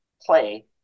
play